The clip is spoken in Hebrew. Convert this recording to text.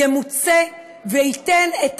ימוצה וייתן את